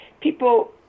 people